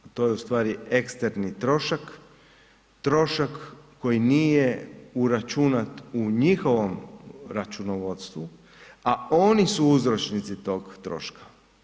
To je ustvari eksterni trošak, trošak koji nije uračunat u njihovom računovodstvu a oni su uzročnici tog troška.